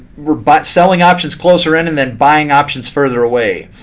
we're but selling options closer in and then buying options further away.